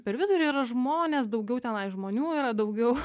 per vidurį yra žmonės daugiau tenai žmonių yra daugiau